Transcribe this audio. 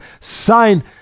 sign